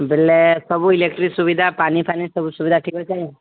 ବେଲେ ସବୁ ଇଲେକ୍ଟ୍ରି ସୁବିଧା ପାନି ଫାନି ସବୁ ସୁବିଧା ଠିକ୍ ଅଛେ ନାଇଁ